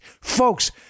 Folks